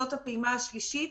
זאת הפעימה השלישית,